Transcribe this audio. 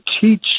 teach